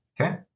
Okay